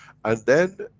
and then,